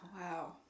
Wow